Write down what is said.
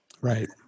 Right